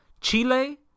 Chile